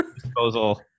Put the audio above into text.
disposal